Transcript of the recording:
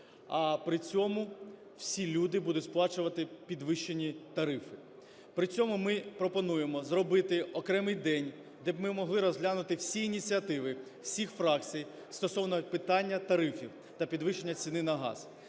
а при цьому всі люди будуть сплачувати підвищені тарифи. При цьому ми пропонуємо зробити окремий день, де ми б могли розглянути всі ініціативи, всіх фракцій стосовно питання тарифів та підвищення ціни на газ.